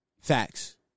facts